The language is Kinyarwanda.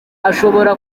ashobora